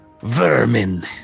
Vermin